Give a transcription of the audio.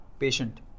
Patient